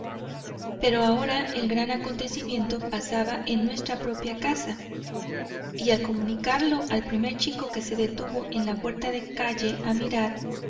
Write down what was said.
pero ahora el gran acontecimiento pasaba en nuestra propia casa y al comunicarlo al primer chico que se detuvo en la puerta de calle a mirar